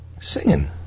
singing